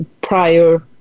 prior